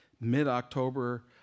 Mid-October